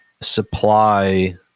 supply